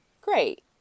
great